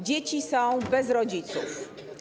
Dzieci są bez rodziców.